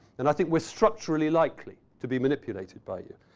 and i think we're structurally likely to be manipulated by you.